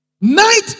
Night